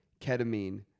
ketamine